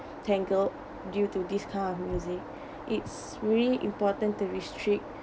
tangled due to this kind of music it's really important to restrict